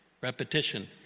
Repetition